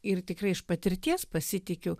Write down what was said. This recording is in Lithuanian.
ir tikrai iš patirties pasitikiu